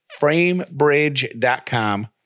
Framebridge.com